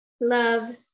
Love